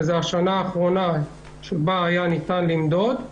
שהיא השנה האחרונה שבה היה ניתן למדוד,